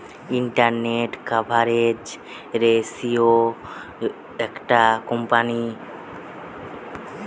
interest coverage ratio একটা কোম্পানীর